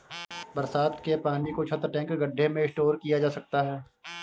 बरसात के पानी को छत, टैंक, गढ्ढे में स्टोर किया जा सकता है